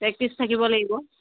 practice থাকিব লাগিব